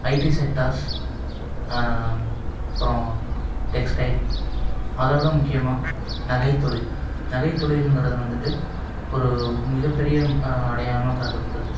ID sectors அப்புறம் textile அதைவிட முக்கியமாக நகைத்தொழில் நகைத்தொழிலுங்கிறது வந்துட்டு ஒரு மிகப் பெரிய அடையாளமாக கருதப்படுது